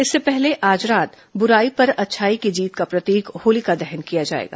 इसके पहले आज रात बुराई पर अच्छाई की जीत का प्रतीक होलिका दहन किया जाएगा